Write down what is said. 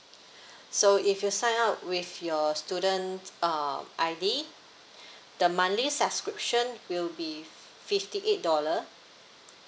so if you sign up with your student uh I_D the monthly subscription will be fifty eight dollar